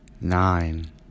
nine